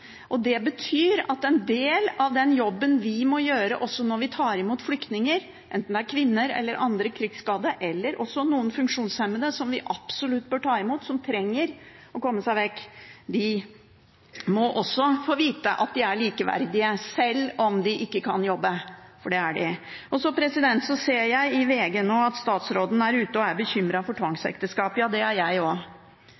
og det betyr at en del av den jobben vi må gjøre også når vi tar imot flyktninger, enten det er kvinner, andre krigsskadde eller også funksjonshemmede – som vi absolutt bør ta imot, som trenger å komme seg vekk – er at de må få vite at de er likeverdige, selv om de ikke kan jobbe, for det er de. Jeg ser i VG at statsråden er bekymret over tvangsekteskap. Ja, det er